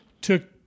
took